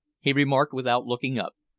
he remarked without looking up.